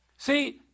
See